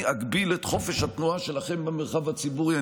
אני אגביל את חופש התנועה שלכם במרחב הציבורי.